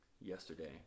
yesterday